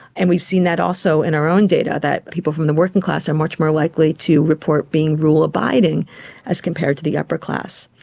and we've seen that also in our own data, that people from the working class are much more likely to report being rule abiding as compared to the upper class.